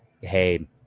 Hey